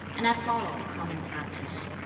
and i follow the common practice.